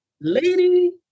Lady